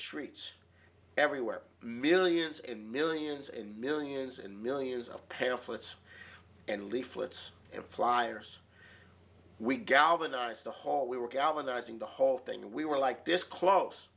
streets everywhere millions and millions and millions and millions of pale foots and leaflets and flyers we galvanized the hall we were galvanizing the whole thing we were like this close